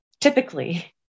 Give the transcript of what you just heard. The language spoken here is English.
typically